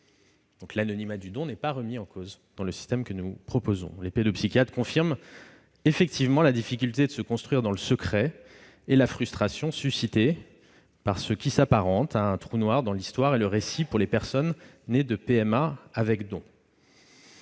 l'anonymat du don n'est pas remis en cause dans le système que nous proposons. Cela dit, effectivement, les pédopsychiatres confirment la difficulté de se construire dans le secret et la frustration suscitée par ce qui s'apparente à un trou noir dans l'histoire et le récit des personnes nées de PMA avec don.